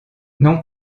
non